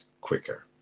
quicker